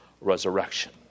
resurrection